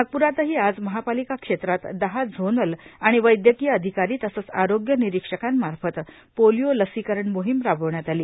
नागपुरातही आज महापालिका क्षेत्रात दहा झोनल आणि वैद्यकीय अधिकारी तसंच आरोग्य निरीक्षकांमार्फत पोलिओ लसीकरण मोहिम राबवण्यात आली